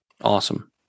awesome